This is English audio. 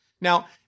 Now